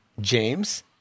James